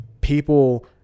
people